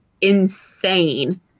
insane